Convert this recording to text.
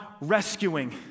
rescuing